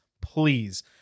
please